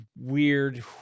weird